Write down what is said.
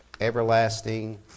everlasting